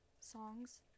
songs